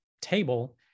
table